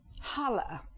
Holla